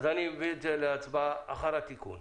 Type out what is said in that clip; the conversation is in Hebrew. אני מעלה את זה להצבעה עם התיקון.